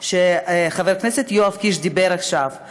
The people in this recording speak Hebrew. שחבר הכנסת יואב קיש דיבר עליהן עכשיו,